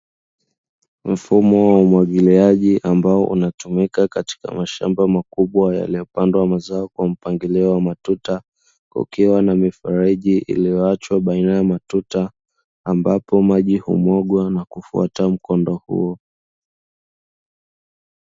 Mfumo wa umwagiliaji ambao unatumika katika mashamba makubwa yaliyopandwa mazao kwa mpangilio wa matuta kukiwa na mifereji iliyoachwa baina ya matuta ambapo maji humwagwa na kufuata mkondo huo.